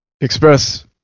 express